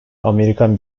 amerikan